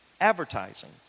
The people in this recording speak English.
advertising